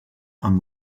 amb